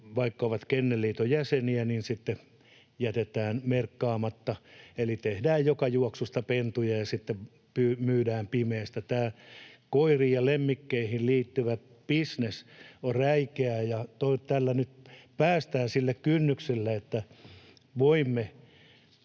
vaikka ovat Kennelliiton jäseniä, niin jätetään merkkaamatta eli tehdään joka juoksusta pentuja ja sitten myydään pimeästi. Tämä koiriin ja lemmikkeihin liittyvä bisnes on räikeä, ja toivon, että tällä nyt päästään sille kynnykselle, että voimme